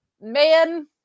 man